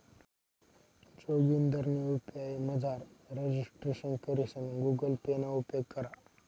जोगिंदरनी यु.पी.आय मझार रजिस्ट्रेशन करीसन गुगल पे ना उपेग करा